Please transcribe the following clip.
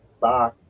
Bye